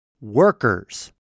workers